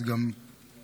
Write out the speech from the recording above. אז גם בשבילו,